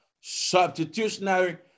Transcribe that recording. substitutionary